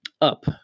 up